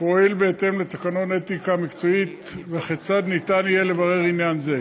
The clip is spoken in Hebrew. פועל בהתאם לתקנון אתיקה מקצועית וכיצד ניתן יהיה לברר עניין זה.